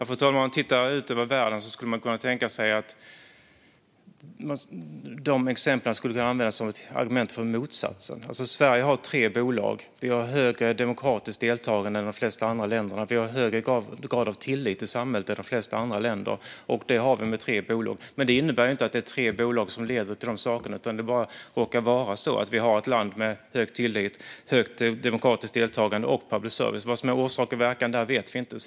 Fru talman! Om man tittar på hur det ser ut över världen skulle man kunna tänka sig att de exemplen kan användas som argument för motsatsen. Sverige har tre bolag, och vi har högre demokratiskt deltagande än de flesta andra länder. Vi har högre grad av tillit i samhället än de flesta andra länder. Och det har vi med tre bolag. Men det innebär inte att det är tre bolag som leder till det. Det råkar bara vara på det sättet att vi är ett land som har hög tillit, högt demokratiskt deltagande och public service. Vad som är orsak och verkan vet vi inte.